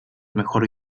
mejor